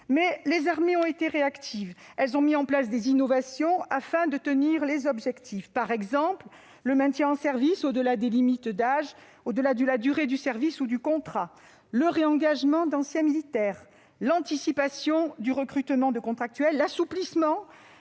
plein, les armées ont été réactives et ont mis en place des innovations afin d'atteindre les objectifs, comme le maintien en service au-delà des limites d'âge, le maintien de la durée du service ou du contrat, le réengagement d'anciens militaires, l'anticipation du recrutement de contractuels ou l'assouplissement